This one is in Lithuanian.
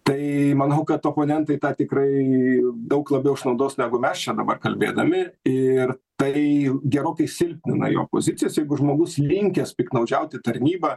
tai manau kad oponentai tą tikrai daug labiau išnaudos negu mes čia dabar kalbėdami ir tai gerokai silpnina jo pozicijas jeigu žmogus linkęs piktnaudžiauti tarnyba